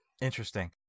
Interesting